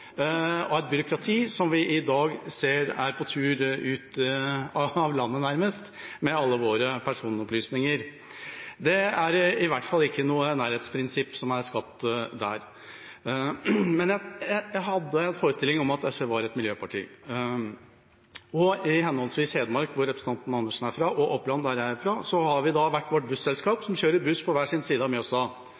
og et byråkrati som vi i dag ser nærmest er på tur ut av landet med alle våre personopplysninger. Det er i hvert fall ikke noe nærhetsprinsipp som er skapt der. Jeg hadde en forestilling om at SV var et miljøparti. I henholdsvis Hedmark, hvor representanten Andersen er fra, og Oppland, der jeg er fra, har vi hvert vårt busselskap som kjører buss på hver sin side av Mjøsa,